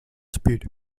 speed